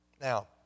Now